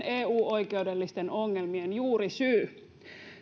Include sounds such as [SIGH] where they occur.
[UNINTELLIGIBLE] eu oikeudellisten ongelmien juurisyy